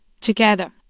Together